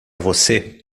você